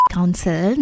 council